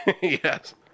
Yes